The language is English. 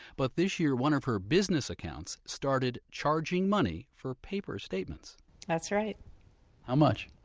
but this year, one of her business accounts started charging money for paper statements that's right how much?